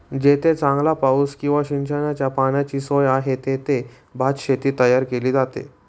जेथे चांगला पाऊस किंवा सिंचनाच्या पाण्याची सोय आहे, तेथे भातशेती तयार केली जाते